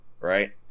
Right